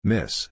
Miss